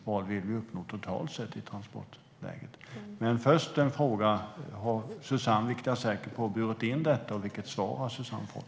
Vad vill vi uppnå totalt sett när det gäller transportläget? Men först är frågan: Har Suzanne - vilket jag är säker på - burit in detta, och vilket svar har Suzanne fått?